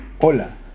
Hola